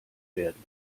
werden